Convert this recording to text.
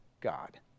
God